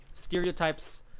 Stereotypes